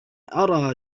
أرى